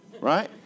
Right